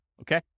okay